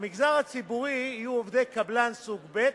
במגזר הציבורי יהיו עובדי קבלן סוג ב',